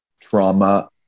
trauma